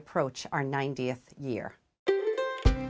approach our ninetieth year